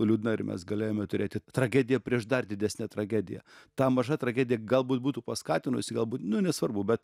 liūdna ir mes galėjome turėti tragediją prieš dar didesnę tragediją ta maža tragedija galbūt būtų paskatinusi galbūt nu nesvarbu bet